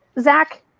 Zach